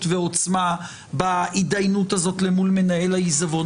ועוצמה בהתדיינות אל מול מנהל העיזבון.